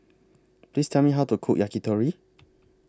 Please Tell Me How to Cook Yakitori